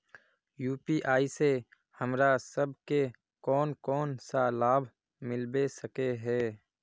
UPI से हमरा सब के कोन कोन सा लाभ मिलबे सके है?